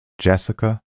Jessica